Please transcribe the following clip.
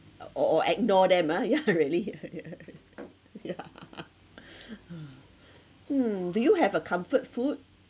or or ignore them ah yeah really yeah hmm do you have a comfort food